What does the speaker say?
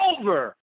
over